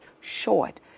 short